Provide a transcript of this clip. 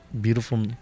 beautiful